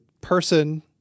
person